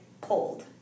pulled